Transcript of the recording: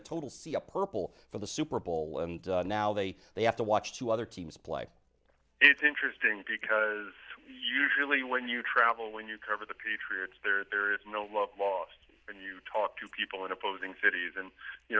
a total see a purple for the super bowl and now they have to watch two other teams play it's interesting because usually when you travel when you cover the patriots there there is no love lost when you talk to people in opposing cities and you